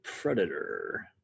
Predator